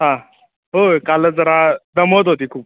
हां होय कालच जरा दमवत होती खूप